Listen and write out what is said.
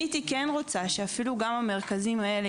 אני הייתי רוצה שאפילו גם המרכזים האלה,